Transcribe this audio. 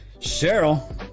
Cheryl